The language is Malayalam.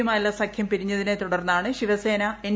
യുമായില്ള്ള് സഖ്യം പിരിഞ്ഞതിനെ തുടർന്നാണ് ശിവസേന എൻ